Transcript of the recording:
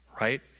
right